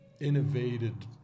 innovated